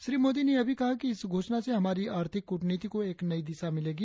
श्री मोदी ने यह भी कहा कि इस घोषणा से हमारी आर्थिक कूटनीति को नई दिशा मिलेगी